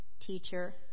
teacher